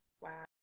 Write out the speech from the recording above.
Wow